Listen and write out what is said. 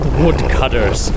woodcutters